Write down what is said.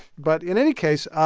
but in any case,